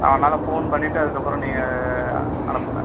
அதனால் ஃபோன் பண்ணிவிட்டு அதுக்கப்பறம் நீங்கள் அனுப்புங்கள்